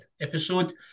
episode